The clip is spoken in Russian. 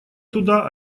туда